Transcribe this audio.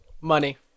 Money